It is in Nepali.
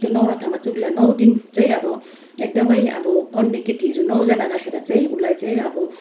त्यो नौरथामा चाहिँ उसलाई नौ दिन चाहिँ अब एकदमै अब कन्ये केटीहरू नौजना राखेर चाहिँ उसलाई चाहिँ अब